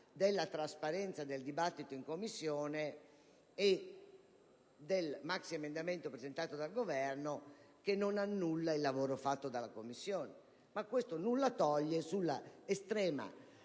della trasparenza del dibattito in Commissione e del maxiemendamento presentato dal Governo, che non annulla il lavoro fatto dalla Commissione; ma ciò non toglie che le